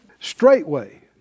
Straightway